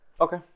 okay